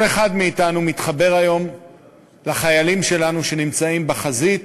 כל אחד מאתנו מתחבר היום לחיילים שלנו שנמצאים בחזית